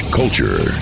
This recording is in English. culture